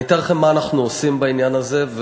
אני אתאר לכם מה אנחנו עושים בעניין הזה,